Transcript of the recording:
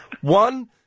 One